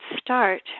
start